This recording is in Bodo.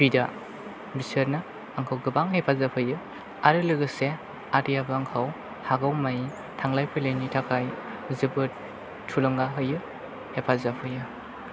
बिदा बिसोरनो आंखौ गोबां हेफाजाब होयो आरो लोगोसे आदैयाबो आंखौ हागौ मानि थांलाय फैलायनि थाखाय जोबोद थुलुंगा होयो हेफाजाब होयो